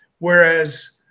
Whereas